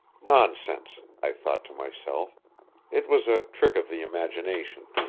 nonsense! i thought to myself it was a trick of the imagination.